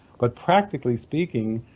but practically speaking,